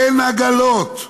אין עגלות,